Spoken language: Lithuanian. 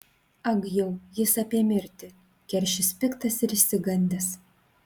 ag jau jis apie mirtį keršis piktas ir išsigandęs